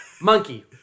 Monkey